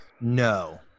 no